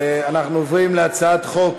אנחנו עוברים להצעת חוק